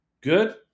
good